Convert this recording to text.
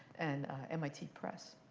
and mit press.